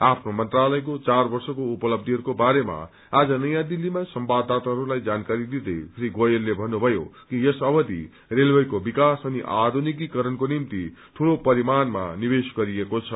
आफ्नो मन्त्रालयको चार वर्षको उपलब्बिहरूको बारेमा आज नयाँ दिल्लीमा सम्वाददाताहरूलाई जानेकारी दिँदै श्री गोयलले भन्नुषयो कि यस अवधि रेतवेक्रो विकास अनि आधुनिक्रीकरणको निम्ति ठूलो परियाणमा निवेश गरिएको छ